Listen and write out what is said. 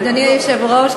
אדוני היושב-ראש,